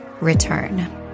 return